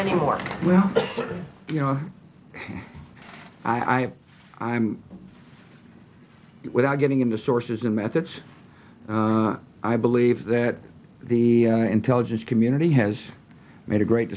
anymore well you know i i'm without getting into sources and methods i believe that the intelligence community has made a great